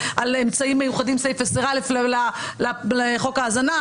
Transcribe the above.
אמצעים מיוחדים סעיף 10א לחוק ההאזנה.